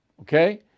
Okay